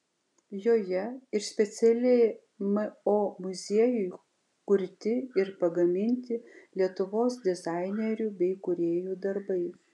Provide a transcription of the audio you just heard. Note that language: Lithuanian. joje ir specialiai mo muziejui kurti ir pagaminti lietuvos dizainerių bei kūrėjų darbai